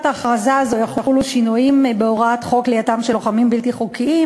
ההכרזה הזו יחולו שינויים בהוראת חוק כליאתם של לוחמים בלתי חוקיים.